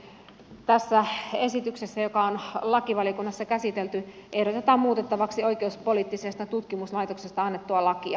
tässä esityksessä joka on lakivaliokunnassa käsitelty ehdotetaan muutettavaksi oikeuspoliittisesta tutkimuslaitoksesta annettua lakia